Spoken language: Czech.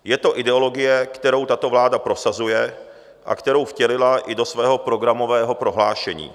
Je to ideologie, kterou tato vláda prosazuje a kterou vtělila i do svého programového prohlášení.